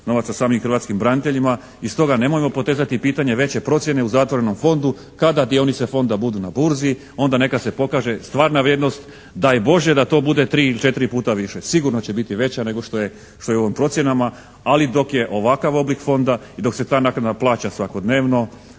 novaca samim hrvatskim braniteljima. I stoga nemojmo potezati pitanje veće procjene u zatvorenom fondu. Kada dionice fonda budu na burzi onda neka se pokaže stvarna vrijednost. Daj Bože da to bude tri ili četiri puta više, sigurno će biti veća nego što je u ovim procjenama. Ali dok je ovakav oblik fonda i dok se ta naknada plaća svakodnevno